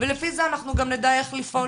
ולפי זה נדע איך לפעול,